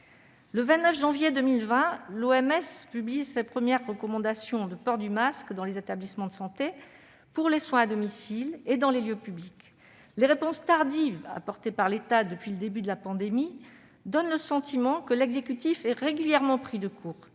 Le 29 janvier 2020, l'OMS publiait ses premières recommandations concernant le port du masque dans les établissements de santé, pour les soins à domicile et dans les lieux publics. Les réponses tardives apportées par l'État depuis le début de la pandémie donnent le sentiment que l'exécutif est régulièrement pris de court,